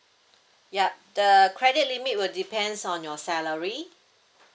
yup the the credit limit will depends on your salary